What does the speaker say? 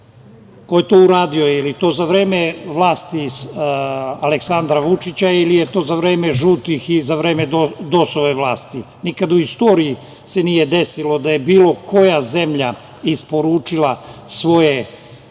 Ko je to uradio? Da li je i to za vreme vlasti Aleksandra Vučića ili je to za vreme žutih i za vreme DOS-ove vlasti? Nikada u istoriji se nije desilo da je bilo koja zemlja isporučila svoje